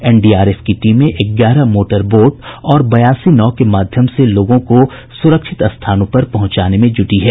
NDRF की टीमें ग्यारह मोटर बोट और बयासी नाव के माध्यम से लोगों को सुरक्षित स्थानों पर पहुंचाने में जूटी है